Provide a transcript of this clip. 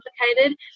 complicated